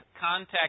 contact